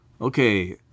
Okay